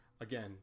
again